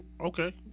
Okay